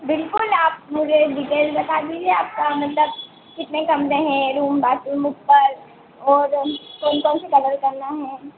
बिल्कुल आप मुझे डिटेल बता दीजिए आपका मतलब कितने कमरे हैं रूम बाथरूम ऊपर और कौन कौन से कलर करना है